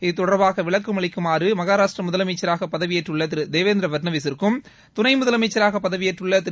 இதுதொடர்பாக விளக்கம் அளிக்குமாறு மகாராஷ்டரா முதலமைச்சராக பதவியேற்றுள்ள தேவேந்திர பட்னாவிசிற்கும் துணை முதலமைச்சராக பதவியேற்றுள்ள திரு